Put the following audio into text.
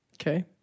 Okay